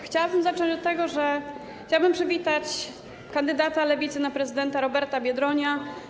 Chciałabym zacząć od tego, że chciałabym przywitać kandydata Lewicy na prezydenta Roberta Biedronia.